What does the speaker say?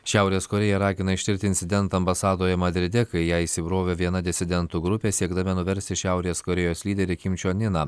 šiaurės korėja ragina ištirti incidentą ambasadoje madride kai į ją įsibrovė viena disidentų grupė siekdami nuversti šiaurės korėjos lyderį kim čion iną